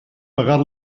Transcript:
pegar